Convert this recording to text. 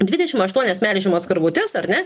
dvidešim aštuonias melžiamas karvutes ar ne